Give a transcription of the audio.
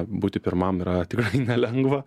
būti pirmam yra tikrai nelengva